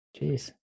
Jeez